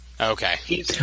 Okay